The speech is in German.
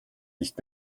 nicht